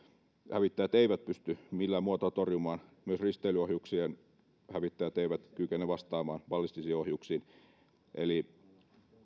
hävittäjät eivät pysty millään muotoa torjumaan myöskään risteilyohjuksiin hävittäjät eivät kykene vastaamaan tai ballistisiin ohjuksiin eli